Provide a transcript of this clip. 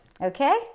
Okay